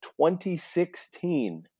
2016